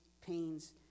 pains